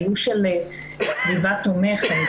היו של סביבה תומכת,